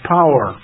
power